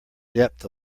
depth